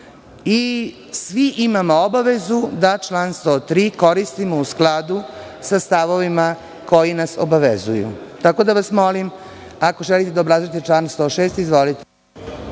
Svi imamo obavezu da član 103. koristimo u skladu sa stavovima koji nas obavezuju. Tako da vas molim, ako želite da obrazložite član 106, izvolite.